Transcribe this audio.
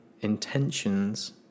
intentions